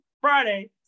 Friday